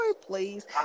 please